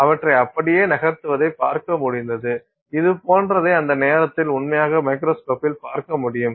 அவற்றை அப்படியே நகர்த்துவதை பார்க்க முடிந்தது இது போன்றதை அந்த நேரத்தில் உண்மையில் மைக்ரோஸ்கோப்பில் பார்க்க முடியும்